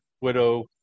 widow